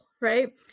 right